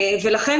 לכן,